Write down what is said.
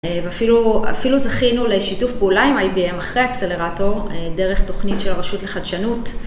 ואפילו... אפילו זכינו לשיתוף פעולה עם IBM אחרי אקסלרטור דרך תוכנית של הרשות לחדשנות